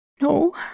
No